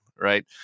Right